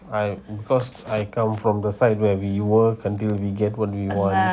I because I come from the side where we work until we get what we what